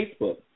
Facebook